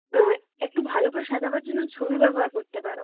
হ্যাঁ একটু ভালো করে সাজাবার জন্য ছবি ব্যবহার করতে পারো